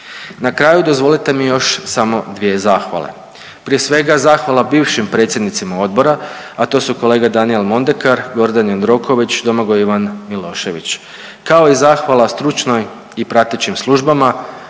Na kraju dozvolite mi još samo dvije zahvale. Prije svega zahvala bivšim predsjednicima odbora, a to su kolege Danijel Mondekar, Gordan Jandroković, Domagoj Ivan Milošević kao i zahvala stručnoj i pratećim službama